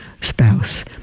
spouse